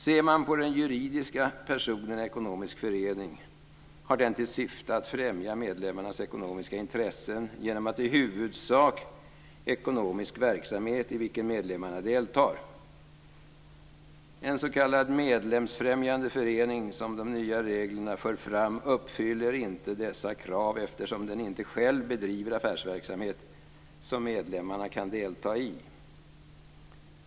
Ser man på den juridiska personen ekonomisk förening, har den till syfte att främja medlemmarnas ekonomiska intressen genom i huvudsak ekonomisk verksamhet i vilken medlemmarna deltar. En s.k. medlemsfrämjande förening, som de nya reglerna för fram, uppfyller inte dessa krav eftersom den inte själv bedriver affärsverksamhet som medlemmarna kan delta i.